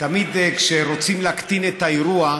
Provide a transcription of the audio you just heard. תמיד כשרוצים להקטין את האירוע,